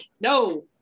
no